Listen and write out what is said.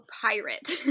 pirate